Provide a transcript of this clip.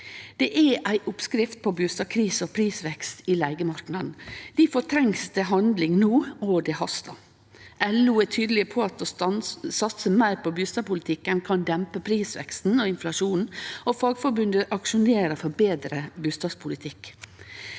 Det er ei oppskrift på bustadkrise og prisvekst i leigemarknaden. Difor trengst det handling no, og det hastar. LO er tydeleg på at å satse meir på bustadpolitikken kan dempe prisveksten og inflasjonen, og Fagforbundet aksjonerer for betre bustadpolitikk.